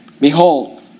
Behold